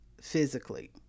physically